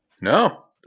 No